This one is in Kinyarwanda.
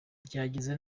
byageze